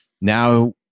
now